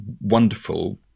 wonderful